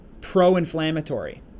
pro-inflammatory